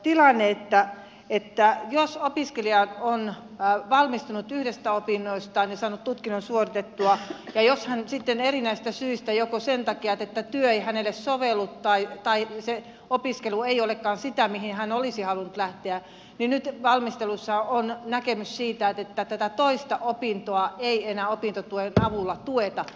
tämän lisäksi jos opiskelija on valmistunut yhdestä opinnostaan ja saanut tutkinnon suoritettua ja jos hän sitten aloittaa toiset opinnot erinäisistä syistä joko sen takia että työ ei hänelle sovellu tai se opiskelu ei olekaan sitä mihin hän olisi halunnut lähteä niin nyt valmistelussa on näkemys siitä että tätä toista opintoa ei enää opintotuen avulla tueta